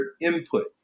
input